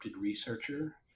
researcher